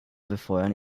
befeuern